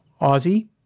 Aussie